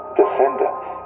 descendants